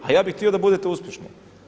A ja bih htio da budete uspješni.